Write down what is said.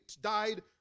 died